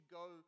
go